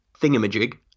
thingamajig